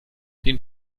den